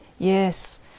Yes